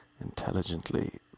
intelligently